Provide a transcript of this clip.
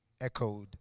echoed